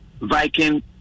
Viking